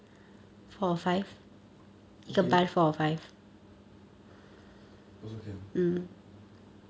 okay also can